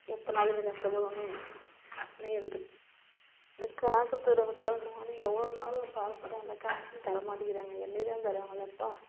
எத்தனை நாளைக்குதான் கஷ்டப்படுவனே இன்னும் இந்த இந்த காசு தருவாங்க தருவாங்கன்னு நானும் எவ்வளோ நாள் நான் பாடுபடுறேன் அந்த காசும் தரமாட்டிங்கிறாங்களே என்றைக்கிதான் தருவாங்களோ அப்பா